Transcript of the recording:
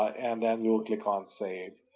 and then we will click on save.